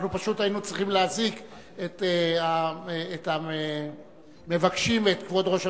אנחנו פשוט היינו צריכים להזעיק את המבקשים ואת כבוד ראש הממשלה,